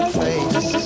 face